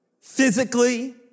physically